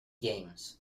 james